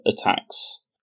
Attacks